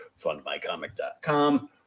fundmycomic.com